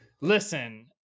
Listen